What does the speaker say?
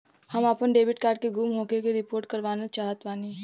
हम आपन debit card के गुम होखे के रिपोर्ट करवाना चाहत बानी